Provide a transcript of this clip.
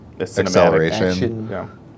acceleration